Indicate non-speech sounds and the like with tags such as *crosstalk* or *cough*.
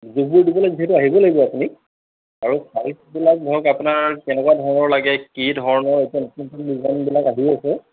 জোখবোৰ দিবলে যিহেতু আহিব লাগিব আপুনি আৰু ছাইজবিলাক ধৰক আপোনাৰ কেনেকুৱা ধৰণৰ লাগে কি ধৰণৰ *unintelligible* ডিজাইনবিলাক আহি আছে